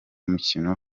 mukino